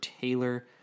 Taylor